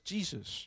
Jesus